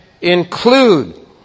include